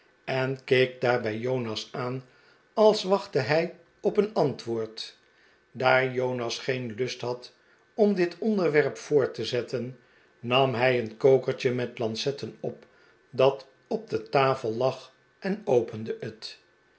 en keek daarbij jonas aan als wachtte hij op een antwoord daar jonas geen lust had om dit onderwerp voort te zetten nam hij een kokertje met lancetten op dat op de tafel lag en opende het